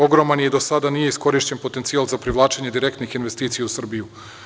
Ogroman je i do sada nije iskorišćen potencijal za privlačenje direktnih investicija u Srbiju.